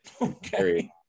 okay